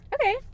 Okay